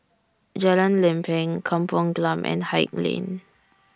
Jalan Lempeng Kampung Glam and Haig Lane